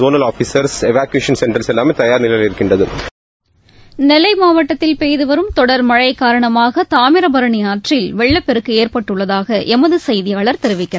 zonal officers evacuations centre எல்லாம் தயாராக இருக்கு நெல்லை மாவட்டத்தில் பெய்து வரும் தொடர் மழை காரணமாக தாமிரபரணி ஆற்றில் வெள்ளப்பெருக்கு ஏற்பட்டுள்ளதாக எமது செய்தியாளர் தெரிவிக்கிறார்